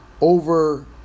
over